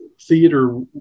theater